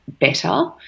better